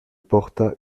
porta